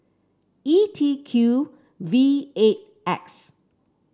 E T Q V eight X